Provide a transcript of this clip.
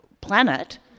planet